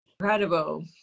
incredible